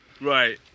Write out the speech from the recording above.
Right